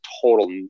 total